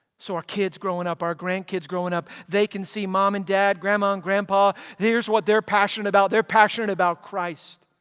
so our kids growing up, our grandkids growing up they can see mom and dad, grandma grandpa here's what they're passionate about. they're passionate about christ.